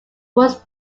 was